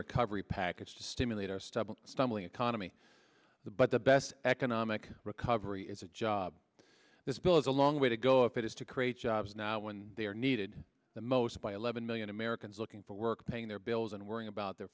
recovery package to stimulate our stubble stumbling economy the but the best economic recovery is a job this bill is a long way to go if it is to create jobs now when they're needed the most by eleven million americans looking for work paying their bills and worrying about their